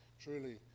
truly